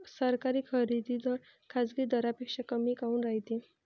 सरकारी खरेदी दर खाजगी दरापेक्षा कमी काऊन रायते?